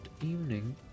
evening